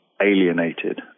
alienated